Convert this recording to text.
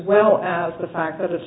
well as the fact that it's